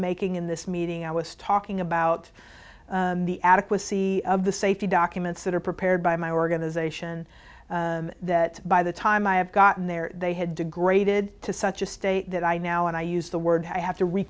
making in this meeting i was talking about the adequacy of the safety documents that are prepared by my organization that by the time i have gotten there they had degraded to such a state that i now and i use the word i have to re